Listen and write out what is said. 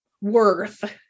worth